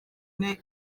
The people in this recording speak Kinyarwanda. ine